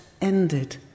ended